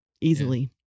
easily